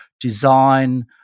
design